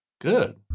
Good